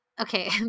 Okay